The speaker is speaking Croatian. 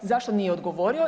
Zašto nije odgovorio?